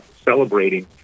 celebrating